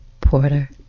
Porter